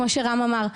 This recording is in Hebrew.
כמו שרם אמר,